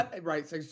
Right